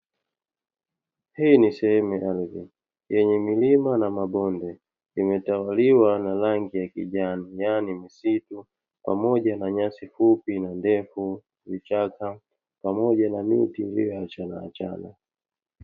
Hii ni sehemu ya ardhi yenye milima na mabonde, imetawaiwa na rangi ya kijani yaani misitu pamoja na nyasi fupi na ndefu, vichaka pamoja na miti iliyo achanaachana.